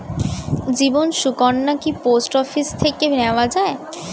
জীবন সুকন্যা কি post office থেকে নেওয়া যায়?